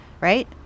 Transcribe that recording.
right